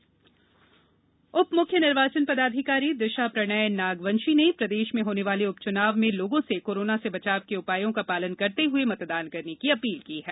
जन आंदोलन उप मुख्य निर्वाचन पदाधिकारी दिशा प्रणय नागवंशी ने प्रदेश में होने वाले उपचुनाव में लोगों से कोरोना से बचाव के उपायों का पालन करते हुए मतदान की अपील की है